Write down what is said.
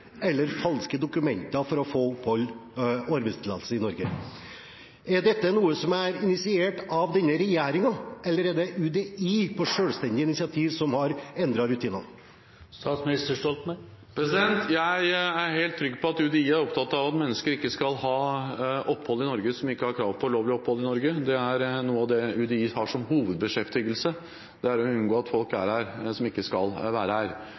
eller falske dokumenter for å få opphold og arbeidstillatelse i Norge. Er dette noe som er initiert av denne regjeringen, eller er det UDI på selvstendig initiativ som har endret rutinene? Jeg er helt trygg på at UDI er opptatt av at mennesker som ikke har krav på lovlig opphold i Norge, ikke skal ha opphold i Norge. Noe av det UDI har som hovedbeskjeftigelse, er å unngå at folk som ikke skal være her, er